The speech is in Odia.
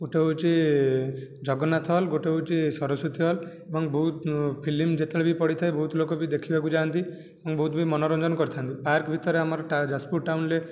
ଗୋଟିଏ ହେଉଛି ଜଗନ୍ନାଥ ହଲ୍ ଗୋଟିଏ ହେଉଛି ସରସ୍ୱତୀ ହଲ୍ ଏବଂ ବହୁତ ଫିଲ୍ମ ଯେତେବେଳେ ବି ପଡ଼ିଥାଏ ବହୁତ ଲୋକ ବି ଦେଖିବାକୁ ଯାଆନ୍ତି ଏବଂ ବହୁତ ବି ମନୋରଞ୍ଜନ କରିଥାନ୍ତି ପାର୍କ ଭିତରେ ଆମର ତ ଯାଜପୁର ଟାଉନରେ